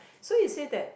so it's so that